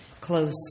close